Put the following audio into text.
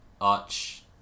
Arch